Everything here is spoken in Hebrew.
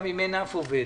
גם אם אין אף עובד.